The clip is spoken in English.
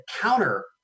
counter